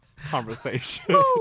conversation